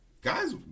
guys